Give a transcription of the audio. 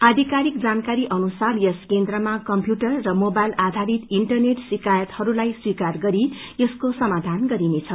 आधिकारिक जानकारी अनुसार यस केन्द्रमा कम्प्यूटर र मोबाइल आधारित इन्टरनेट शिकायतहरूलाई स्वीकार गरी यसको समाधान गरिनेछ